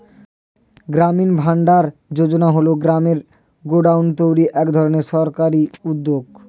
গ্রামীণ ভান্ডার যোজনা হল গ্রামে গোডাউন তৈরির এক ধরনের সরকারি উদ্যোগ